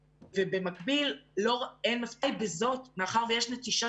במקביל אין מספיק וזאת מחר ויש נטישה